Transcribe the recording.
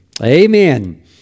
Amen